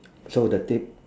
so the Ta